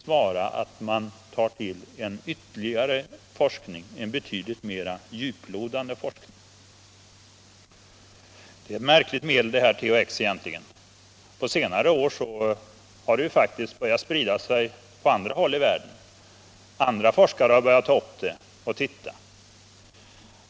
Svaret till dem måste rimligtvis vara att man genomför en betydligt mera djuplodande forskning än den hittillsvarande. THX är ett märkligt medel. Det har på senare år faktiskt börjat sprida sig på andra håll i världen och även andra forskare har börjat studera det.